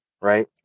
Right